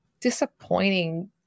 disappointing